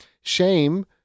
shame